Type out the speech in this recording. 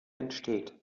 entsteht